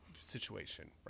situation